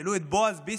ישאלו את בועז ביסמוט: